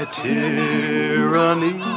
tyranny